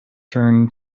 turn